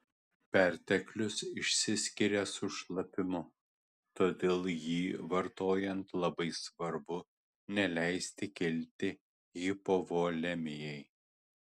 perteklius išsiskiria su šlapimu todėl jį vartojant labai svarbu neleisti kilti hipovolemijai